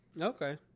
Okay